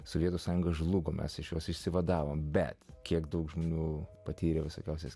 sovietų sąjunga žlugo mes iš jos išsivadavome bet kiek daug žmonių patyrė visokiausias